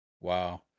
wow